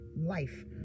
life